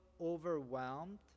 overwhelmed